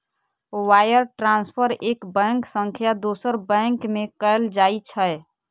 wire transfer एक bank सं दोसर बैंक में कैल जाइ छै